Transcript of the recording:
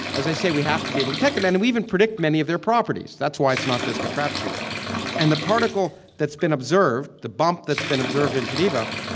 as i say, we have to be able to detect them and we even predict many of their properties. that's why it's not just a crapshoot and the particle that's been observed, the bump that's been observed in geneva,